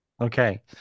Okay